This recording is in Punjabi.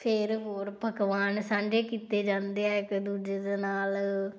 ਫਿਰ ਹੋਰ ਪਕਵਾਨ ਸਾਂਝੇ ਕੀਤੇ ਜਾਂਦੇ ਆ ਇੱਕ ਦੂਜੇ ਦੇ ਨਾਲ